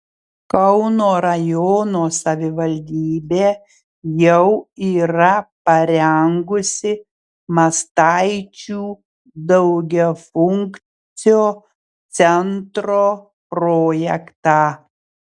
kauno rajono savivaldybė jau yra parengusi mastaičių daugiafunkcio centro projektą